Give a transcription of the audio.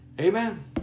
Amen